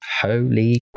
Holy